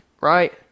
right